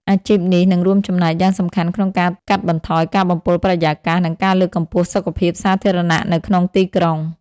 អាជីពនេះនឹងរួមចំណែកយ៉ាងសំខាន់ក្នុងការកាត់បន្ថយការបំពុលបរិយាកាស និងការលើកកម្ពស់សុខភាពសាធារណៈនៅក្នុងទីក្រុង។